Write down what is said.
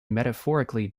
metaphorically